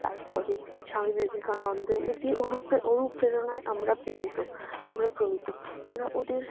তার পরে স্বামী বিবেকানন্দ এদের অনুপ্রে অণুপ্রেরণায় আমরা প্রেণিতো আমরা প্রমিতো আমরা ওদের